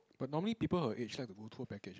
but normally people her age like to go tour package eh